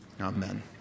Amen